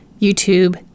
YouTube